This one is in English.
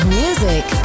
music